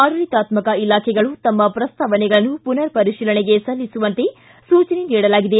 ಆಡಳಿತಾತ್ಮ ಇಲಾಖೆಗಳು ತಮ್ಮ ಪ್ರಸ್ತಾವನೆಗಳನ್ನು ಪುನರ್ ಪರಿತೀಲನೆಗೆ ಸಲ್ಲಿಸುವಂತೆ ಸೂಚನೆ ನೀಡಲಾಗಿದೆ